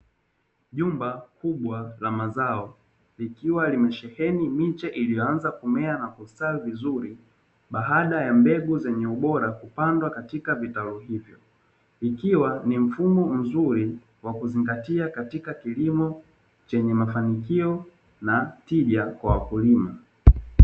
Jumba kubwa la mazao likiwa limesheheni miche iliyoanza kumea na kustawi vizuri baada ya mbegu zenye ubora kupandwa katika vitalu hivyo, ikiwa ni mfumo mzuri wa kuzingatia katika kilimo chenye mafanikio na tija kwa wakulima.